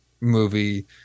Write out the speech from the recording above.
movie